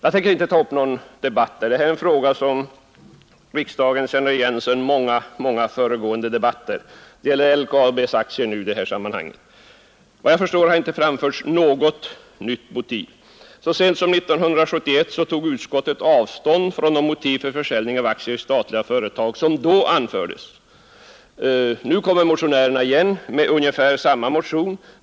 Jag tänker inte ta upp någon debatt om dem, eftersom detta är en fråga som riksdagen känner igen sedan många tidigare debatter. Den gäller i det här sammanhanget LKAB:s aktier. Enligt vad jag förstår har det inte framförts något nytt motiv. Så sent som 1971 tog utskottet avstånd från de motiv för försäljning av aktier i statliga företag som då anfördes. Nu kommer motionärerna igen med ungefär samma motion.